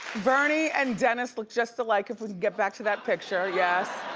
bernie and dennis look just alike, if we can get back to that picture, yes.